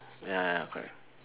ya ya ya correct